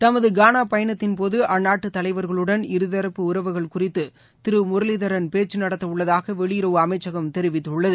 தமது கானா பயணத்தின் போது அந்நாட்டுத் தலைவர்களுடன் இருதரப்பு உறவுகள் குறித்து திரு முரளீதரன் பேச்சு நடத்த உள்ளதாக வெளியுறவு அமைச்சகம் தெரிவித்துள்ளது